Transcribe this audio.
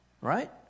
right